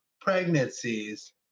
pregnancies